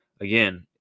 Again